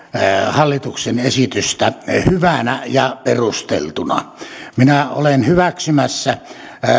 hallituksen esitystä hyvänä ja perusteltuna minä olen hyväksymässä